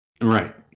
Right